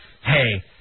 hey